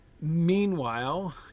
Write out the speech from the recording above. Meanwhile